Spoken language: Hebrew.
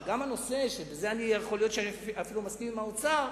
בזה יכול להיות שאני אפילו מסכים עם האוצר,